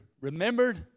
remembered